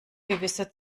gewisse